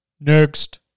next